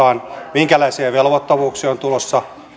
minkälaisia velvoittavuuksia on tulossa